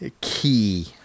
key